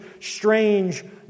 strange